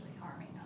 harming